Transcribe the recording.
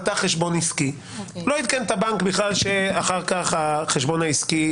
הוא ניגש לבנק ופתח חשבון עסקי.